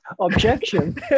Objection